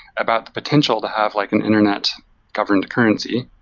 about the potential to have like an internet governed currency.